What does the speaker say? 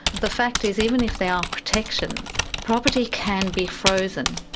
the fact is even if they are protections, property can be frozen.